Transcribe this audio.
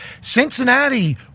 Cincinnati